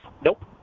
Nope